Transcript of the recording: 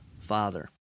Father